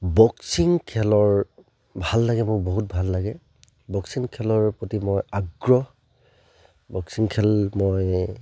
boxing খেলৰ ভাল লাগে মোৰ বহুত ভাল লাগে বক্সিং খেলৰ প্ৰতি মই আগ্ৰহ বক্সিং খেল মই